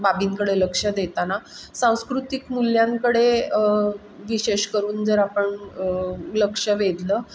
बाबींकडे लक्ष देताना सांस्कृतिक मूल्यांकडे विशेष करून जर आपण लक्ष वेधलं